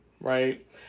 right